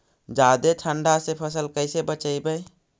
जादे ठंडा से फसल कैसे बचइबै?